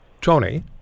Tony